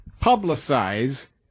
publicize